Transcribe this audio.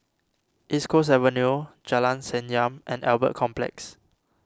East Coast Avenue Jalan Senyum and Albert Complex